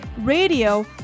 radio